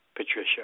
Patricia